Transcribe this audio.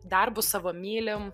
darbus savo mylim